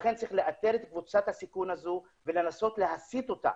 לכן צריך לאתר את קבוצת הסיכון הזו ולנסות להסיט אותה,